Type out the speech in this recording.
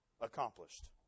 accomplished